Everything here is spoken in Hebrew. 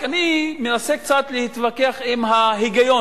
רק אני מנסה קצת להתווכח עם ההיגיון.